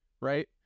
right